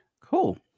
Cool